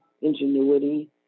ingenuity